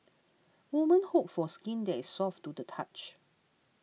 women hope for skin that is soft to the touch